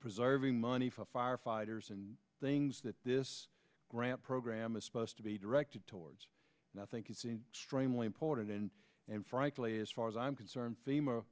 preserving money for firefighters and things that this grant program is supposed to be directed towards and i think it's a strain lee important and frankly as far as i'm concerned femur